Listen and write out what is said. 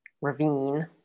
ravine